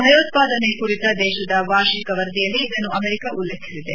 ಭಯೋತ್ವಾದನೆ ಕುರಿತ ದೇಶದ ವಾರ್ಷಿಕ ವರದಿಯಲ್ಲಿ ಇದನ್ನು ಅಮೆರಿಕ ಉಲ್ಲೇಖಿಸಿದೆ